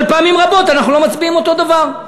אבל פעמים רבות אנחנו לא מצביעים אותו דבר,